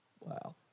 Wow